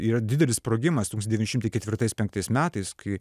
yra didelis sprogimas toks devyniasdešim ketvirtais penktais metais kai